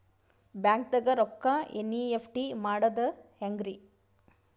ಬ್ಯಾಂಕ್ದಾಗ ರೊಕ್ಕ ಎನ್.ಇ.ಎಫ್.ಟಿ ಮಾಡದ ಹೆಂಗ್ರಿ?